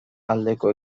aldeko